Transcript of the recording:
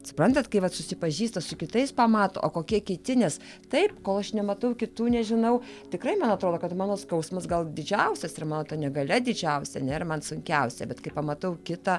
suprantat kai vat susipažįsta su kitais pamato o kokie kiti nes taip kol aš nematau kitų nežinau tikrai man atrodo kad mano skausmas gal didžiausias ir mano ta negalia didžiausia nėra man sunkiausia bet kai pamatau kitą